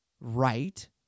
right